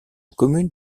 commune